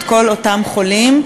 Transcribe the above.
את כל אותם חולים,